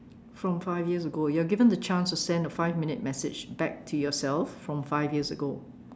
from five years ago you are given the chance to send a five minute message back to yourself from five years ago